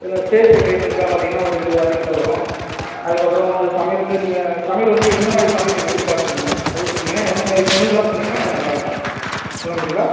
இதில் ஸ்டேஜ் டெக்ரேஷனுக்குலாம் பார்த்திங்கன்னா ஒரு இருபதாயிரங்கிட்ட வரும் அதுக்கப்புறம் வந்து சமையலுக்கு நீங்கள் சமையல் வந்து என்னமாதிரி சமையல் நீங்கள் எதிர்பார்க்குறீங்க அதையும் சொன்னீங்கன்னா எந்தமாரி மெனுலாம் சொன்னீங்கன்னா கொஞ்சம் நல்லாயிருக்கும் சொல்ல முடியும்ங்களா